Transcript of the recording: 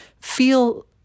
feel